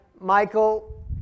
Michael